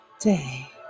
day